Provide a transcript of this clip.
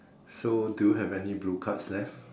so do you have any blue cards left